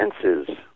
senses